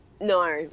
No